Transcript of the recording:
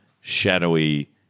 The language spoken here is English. shadowy